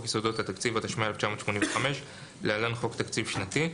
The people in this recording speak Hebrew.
יסודות התקציב התשמ"ה-1985 (להלן חוק תקציב שנתי).